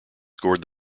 scored